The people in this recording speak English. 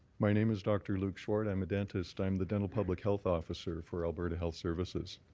my name is dr. luke swart. i am a dentist. i am the dental public health officer for alberta health services.